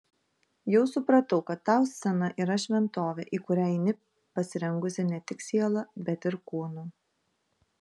jau supratau kad tau scena yra šventovė į kurią eini pasirengusi ne tik siela bet ir kūnu